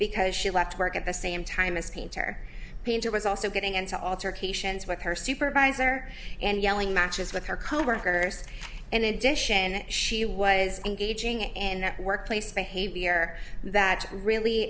because she left work at the same time as painter painter was also getting into alter cations with her supervisor and yelling matches with her coworkers in addition she was engaging and that workplace behavior that really